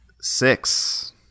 six